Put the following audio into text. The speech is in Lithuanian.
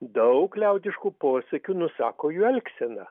daug liaudiškų posakių nusako jų elgseną